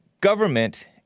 government